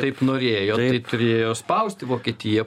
taip norėjo tai turėjo spausti vokietiją